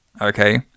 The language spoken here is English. Okay